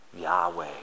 Yahweh